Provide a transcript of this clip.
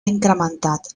incrementat